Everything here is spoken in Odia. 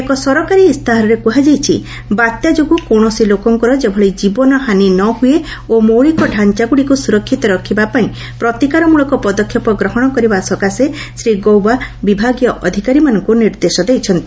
ଏକ ସରକାରୀ ଇସ୍ତାହାରରେ କୁହାଯାଇଛି ବାତ୍ୟା ଯୋଗୁଁ କୌଣସି ଲୋକଙ୍କର ଯେଭଳି ଜୀବନହାନୀ ନହୁଏ ଓ ମୌଳିକ ଡାଞାଗୁଡ଼ିକୁ ସୁରକ୍ଷିତ ରଖିବା ପାଇଁ ପ୍ରତିକାରମୂଳକ ପଦକ୍ଷେପ ଗ୍ରହଣ କରିବା ସକାଶେ ଶ୍ରୀ ଗୌବା ବିଭାଗୀୟ ଅଧିକାରୀମାନଙ୍କୁ ନିର୍ଦ୍ଦେଶ ଦେଇଛନ୍ତି